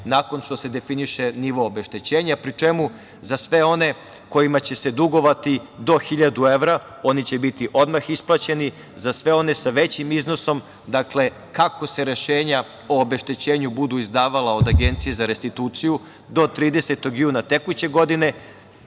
nakon što se definiše nivo obeštećenja, pri čemu za sve one kojima će se dugovati do 1000 evra, oni će biti odmah isplaćeni. Za sve one sa većim iznosom, dakle, kako se rešenja o obeštećenju budu izdavala od Agencije za restituciju do 30. juna tekuće godine,